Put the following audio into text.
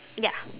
ya